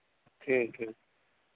ठीक ठीक